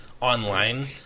online